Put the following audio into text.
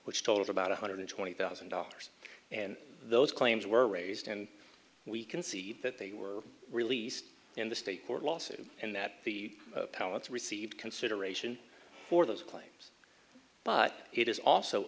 which totaled about one hundred twenty thousand dollars and those claims were raised and we can see that they were released in the state court lawsuit and that the palettes received consideration for those claims but it is also